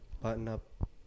button-up